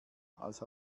als